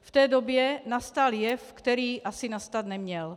V té době nastal jev, který asi nastat neměl.